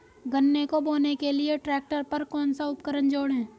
गन्ने को बोने के लिये ट्रैक्टर पर कौन सा उपकरण जोड़ें?